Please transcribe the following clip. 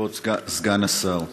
כבוד סגן השר,